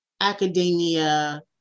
academia